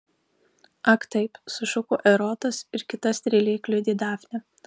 ak taip sušuko erotas ir kita strėle kliudė dafnę